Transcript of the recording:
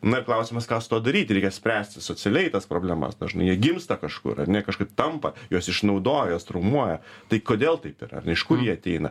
na ir klausimas ką su tuo daryti reikia spręsti socialiai tas problemas dažnai jie gimsta kažkur ar ne jie kažkaip tampa juos išnaudoja juos traumuoja tai kodėl taip yra ar ne iš kur jie ateina